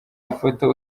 ifoto